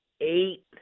eight